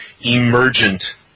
emergent